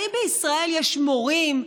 האם בישראל יש מורים,